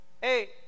hey